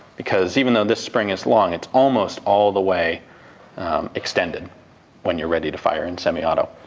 because even though this spring is long it's almost all the way extended when you're ready to fire in semi-auto.